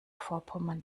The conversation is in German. vorpommern